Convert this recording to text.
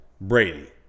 Brady